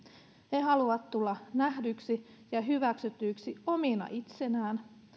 he haluavat tulla nähdyiksi ja hyväksytyiksi omina itsenään